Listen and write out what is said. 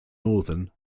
northern